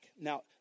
Now